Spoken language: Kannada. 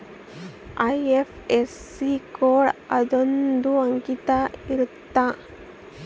ಐ.ಎಫ್.ಎಸ್.ಸಿ ಕೋಡ್ ಅನ್ನೊಂದ್ ಅಂಕಿದ್ ಇರುತ್ತ